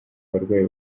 barwayi